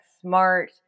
smart